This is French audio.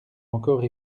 encore